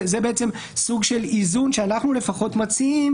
זה סוג של איזון שאנחנו מציעים,